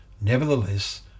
Nevertheless